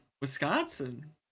Wisconsin